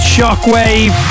Shockwave